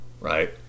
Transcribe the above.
right